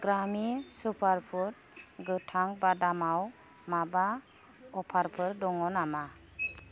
ग्रामि superfood गोथां बादामाव माबा अफारफोर दङ नामा